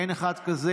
אין אחד כזה.